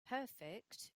perfect